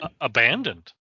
abandoned